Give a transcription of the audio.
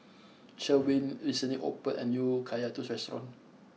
Sherwin recently opened a new Kaya Toast restaurant